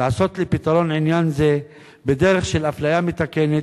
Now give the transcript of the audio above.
לעשות לפתרון עניין זה בדרך של אפליה מתקנת